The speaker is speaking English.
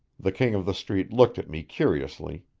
the king of the street looked at me curiously,